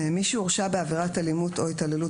מי שהורשע בעבירת אלימות או התעללות